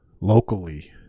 locally